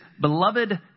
beloved